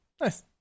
nice